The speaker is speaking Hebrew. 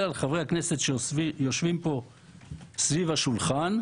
על חברי הכנסת שיושבים פה סביב השולחן,